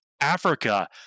Africa